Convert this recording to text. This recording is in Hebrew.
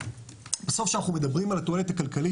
בסוף כשאנחנו מדברים על התועלת הכלכלית,